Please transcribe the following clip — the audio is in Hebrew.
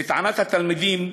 לטענת התלמידים,